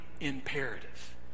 imperative